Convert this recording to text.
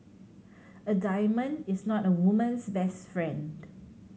a diamond is not a woman's best friend